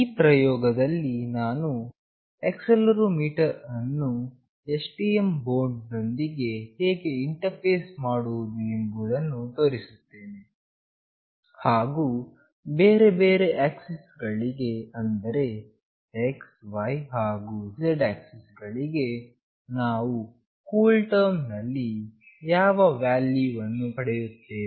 ಈ ಪ್ರಯೋಗದಲ್ಲಿ ನಾನು ಆಕ್ಸೆಲೆರೋಮೀಟರ್ ಅನ್ನು STM ಬೋರ್ಡ್ ನೊಂದಿಗೆ ಹೇಗೆ ಇಂಟರ್ಫೇಸ್ ಮಾಡಬಹುದು ಎಂಬುದನ್ನು ತೋರಿಸುತ್ತೇನೆ ಹಾಗು ಬೇರೆ ಬೇರೆ ಆಕ್ಸಿಸ್ ಗಳಿಗೆ ಅಂದರೆ xy ಹಾಗು z ಆಕ್ಸಿಸ್ ಗಳಿಗೆ ನಾವು ಕೂಲ್ ಟರ್ಮ್ ನಲ್ಲಿ ಯಾವ ವ್ಯಾಲ್ಯೂ ವನ್ನು ಪಡೆಯುತ್ತೇವೆ